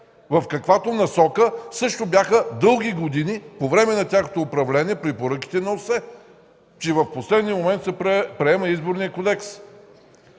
в каквато насока също бяха дълги години по време на тяхното управление, препоръките на ОССЕ, че в последния момент се приема Изборният кодекс?!